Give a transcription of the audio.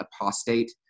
Apostate